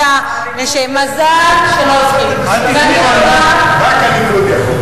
רק הליכוד יכול.